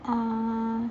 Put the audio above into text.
uh